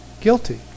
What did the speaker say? guilty